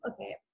okay